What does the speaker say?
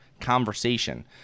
conversation